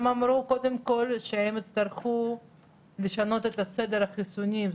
הם אמרו קודם כל שהם יצטרכו לשנות את סדר החיסונים,